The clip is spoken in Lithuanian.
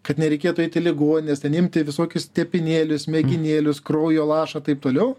kad nereikėtų eiti į ligonines ten imti visokius tepinėlius mėginėlius kraujo lašą taip toliau